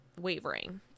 wavering